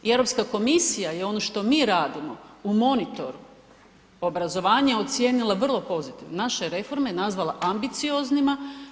I Europska komisija i ono što mi radimo u monitoru obrazovanja je ocijenila vrlo pozitivnim, naša je reforme nazvala ambicioznima.